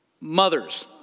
mothers